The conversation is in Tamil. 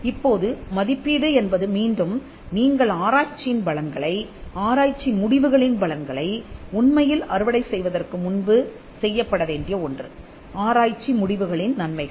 இப்போது மதிப்பீடு என்பது மீண்டும் நீங்கள் ஆராய்ச்சியின் பலன்களை ஆராய்ச்சி முடிவுகளின் பலன்களை உண்மையில் அறுவடை செய்வதற்கு முன்பு செய்யப்படவேண்டிய ஒன்று ஆராய்ச்சி முடிவுகளின் நன்மைகள்